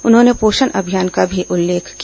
उन्होंने पोषण अभियान का भी उल्लेख किया